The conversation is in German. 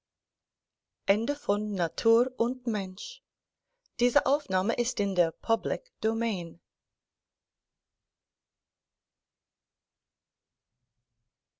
schönen in der